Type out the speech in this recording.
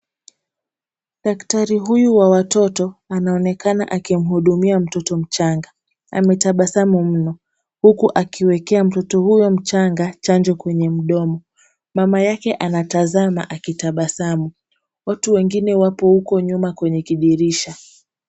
Daktari huyu wa watoto anaonekana akimuhudumia mtoto mchanga. Ametabasamu mno huku akiwekea mtoto huyo mchanga chanjo kwenye mdomo. Mama yake anatazama akitabasamu. Watu wengine wapo huko nyuma kwenye kidirisha.